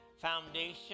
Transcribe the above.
foundation